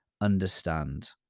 understand